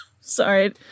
Sorry